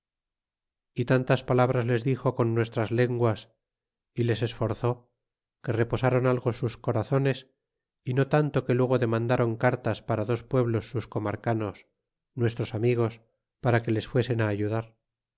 y tantas palabras les dixo con nuestras lenguas tá les esforzó que reposron algo sus corazones y no tanto que luego demandron cartas para dos pueblos sus comarcanos nuestros amigos para que les fuesen ayudar